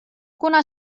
kuna